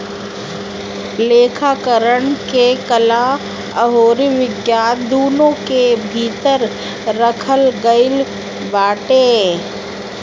लेखाकरण के कला अउरी विज्ञान दूनो के भीतर रखल गईल बाटे